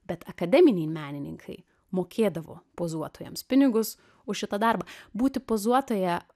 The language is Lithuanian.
bet akademiniai menininkai mokėdavo pozuotojams pinigus už šitą darbą būti pozuotoja